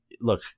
look –